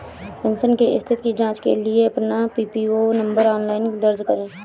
pension की स्थिति की जांच के लिए अपना पीपीओ नंबर ऑनलाइन दर्ज करें